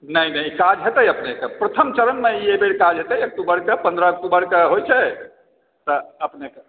नहि नहि ई काज हेतै अपनेकेँ प्रथम चरणमे ई एहि बेर काज हेतै पन्द्रह अक्तूबरके होइत छै तऽ अपनेकेँ